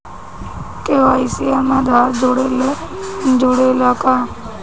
KYC में आधार जुड़े ला का?